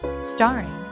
Starring